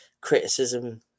criticism